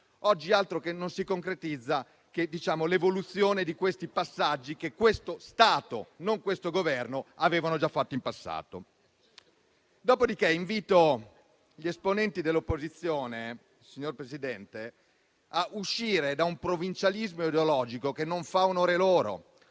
fa altro che concretizzare l'evoluzione di quei passaggi, che questo Stato, non questo Governo, aveva già fatto in passato. Dopodiché, invito gli esponenti dell'opposizione, signor Presidente, a uscire da un provincialismo ideologico che non fa loro